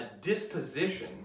disposition